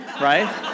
right